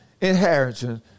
inheritance